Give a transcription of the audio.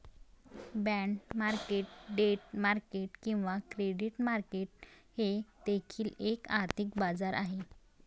bond market debt market किंवा credit market हे देखील एक आर्थिक बाजार आहे